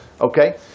okay